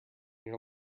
your